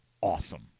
awesome